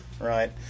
Right